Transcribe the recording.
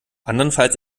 andernfalls